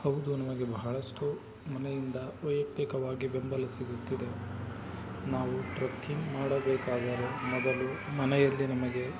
ಹೌದು ನಮಗೆ ಬಹಳಷ್ಟು ಮನೆಯಿಂದ ವೈಯಕ್ತಿಕವಾಗಿ ಬೆಂಬಲ ಸಿಗುತ್ತಿದೆ ನಾವು ಟ್ರಕ್ಕಿಂಗ್ ಮಾಡಬೇಕಾದರೆ ಮೊದಲು ಮನೆಯಲ್ಲಿ ನಮಗೆ